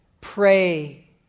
Pray